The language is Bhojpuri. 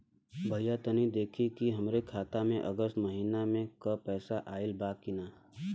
भईया तनि देखती की हमरे खाता मे अगस्त महीना में क पैसा आईल बा की ना?